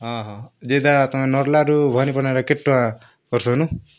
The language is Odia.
ହଁ ହଁ ଯେତା ତମେ ନର୍ଲାରୁ ଭବାନୀପାଟନାର କେତ୍ ଟଙ୍କା କରସ ଏନୁ